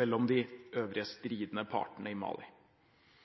mellom de øvrige stridende parter i Mali.